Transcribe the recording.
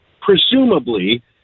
presumably